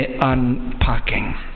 unpacking